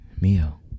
Mio